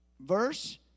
Verse